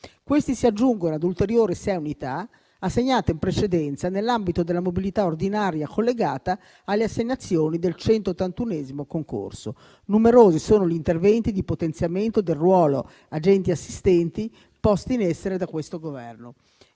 Questi si aggiungono a ulteriori 6 unità assegnate in precedenza nell'ambito della mobilità ordinaria collegata alle assegnazioni del 181° concorso. Numerosi sono gli interventi di potenziamento del ruolo agenti assistenti posti in essere da questo Governo.